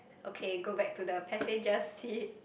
okay go back to the passenger seat